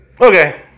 Okay